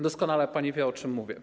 Doskonale pani wie, o czym mówię.